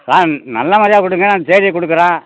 ஆ நல்ல மாதிரியா கொடுங்க நான் தேதியை கொடுக்குறேன்